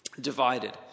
divided